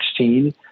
2016